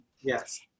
Yes